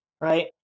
right